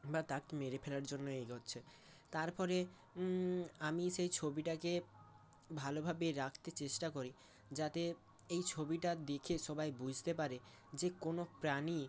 বা তাকে মেরে ফেলার জন্যই এগোচ্ছে তার পরে আমি সেই ছবিটাকে ভালোভাবে রাখতে চেষ্টা করি যাতে এই ছবিটা দেখে সবাই বুঝতে পারে যে কোনো প্রাণী